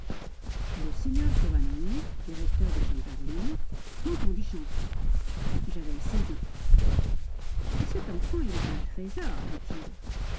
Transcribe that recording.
le signor giovannone directeur de san carlino m'entendit chanter j'avais seize ans a cet enfant il est un trésor dit-il